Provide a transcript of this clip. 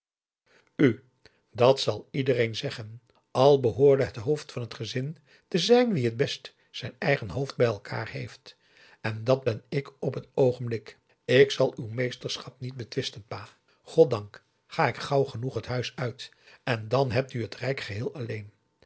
dat zal iedereen zeggen al behoorde het hoofd van het gezin te zijn wie t best zijn eigen hoofd bij elkaar heeft en dat ben ik op het oogenblik ik zal uw meesterschap niet betwisten pa goddank ga ik gauw genoeg het huis uit en dan hebt u het rijk geheel alleen